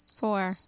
Four